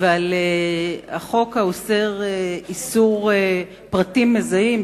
ועל החוק האוסר פרסום פרטים מזהים,